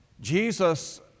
Jesus